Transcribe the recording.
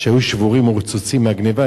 שהיו שבורים ורצוצים מהגנבה,